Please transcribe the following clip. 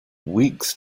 weeks